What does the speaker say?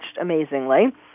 amazingly